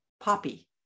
poppy